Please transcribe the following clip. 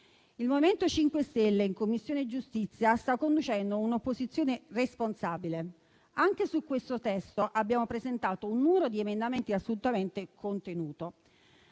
Il MoVimento 5 Stelle in Commissione giustizia sta conducendo un'opposizione responsabile. Anche su questo testo abbiamo presentato un numero di emendamenti assolutamente contenuto.